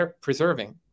preserving